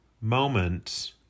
moment